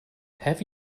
have